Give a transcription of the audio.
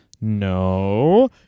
No